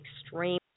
extreme